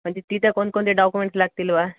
म्हणजे तिथं कोणकोणते डॉक्युमेंट्स लागतील बा